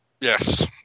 Yes